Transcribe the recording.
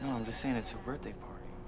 i'm just saying, it's her birthday party,